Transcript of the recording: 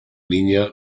niña